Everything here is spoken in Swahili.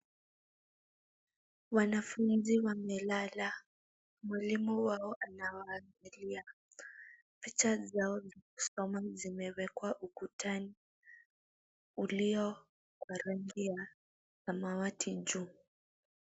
Wanafunzi wamelala. Mwalimu wao anawaangalia. Picha zao za kusoma zimewekwa ukutani, ulio wa rangi ya samawati juu.